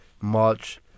March